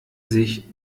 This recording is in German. sich